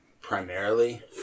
primarily